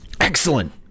Excellent